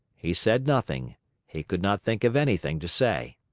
he said nothing he could not think of anything to say.